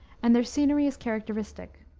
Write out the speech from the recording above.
and their scenery is characteristic.